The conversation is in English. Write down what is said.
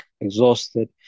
Exhausted